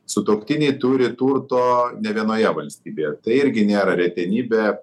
sutuoktiniai turi turto ne vienoje valstybėje tai irgi nėra retenybė